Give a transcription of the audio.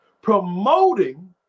promoting